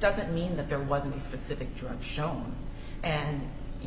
doesn't mean that there wasn't a specific drug shown and you